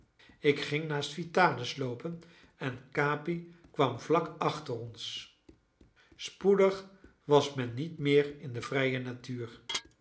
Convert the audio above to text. ik ging naast vitalis loopen en capi kwam vlak achter ons spoedig was men niet meer in de vrije natuur